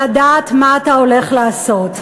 לדעת מה אתה הולך לעשות.